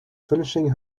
finishing